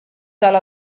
tal